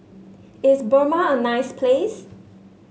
is Burma a nice place